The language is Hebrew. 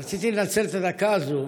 רציתי לנצל את הדקה הזאת